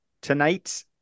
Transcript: tonight